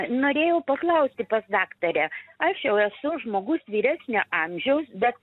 norėjau paklausti pas daktarę aš jau esu žmogus vyresnio amžiaus bet